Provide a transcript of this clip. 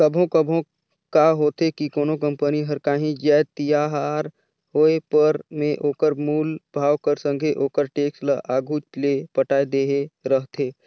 कभों कभों का होथे कि कोनो कंपनी हर कांही जाएत तियार होय पर में ओकर मूल भाव कर संघे ओकर टेक्स ल आघुच ले पटाए देहे रहथे